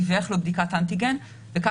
מי כן דיווח לו על בדיקת אנטיגן ומי לא,